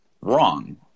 wrong